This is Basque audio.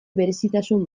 berezitasun